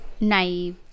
Naive